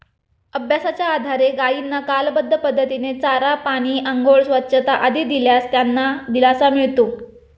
अभ्यासाच्या आधारे गायींना कालबद्ध पद्धतीने चारा, पाणी, आंघोळ, स्वच्छता आदी दिल्यास त्यांना दिलासा मिळतो